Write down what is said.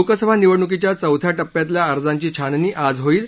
लोकसभा निवडणुकीच्या चौथ्या टप्प्यातल्या अर्जांची छाननी आज होईल